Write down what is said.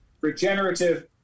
regenerative